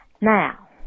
Now